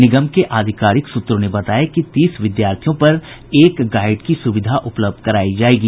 निगम के आधिकारिक सूत्रों ने बताया कि तीस विद्यार्थियों पर एक गाईड की सुविधा उपलब्ध करायी जायेगी